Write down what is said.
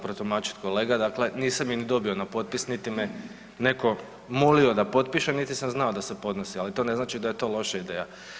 protumačit kolega, dakle nisam je ni dobio na potpis, niti me neko molio da potpišem, niti sam znao da se podnosi, ali to ne znači da je to loša ideja.